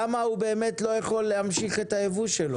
למה הוא באמת לא יכול להמשיך את הייבוא שלהם.